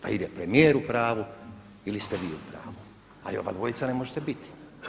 Pa ili je premijer u pravu ili ste vi u pravu, ali obadvojica ne možete biti.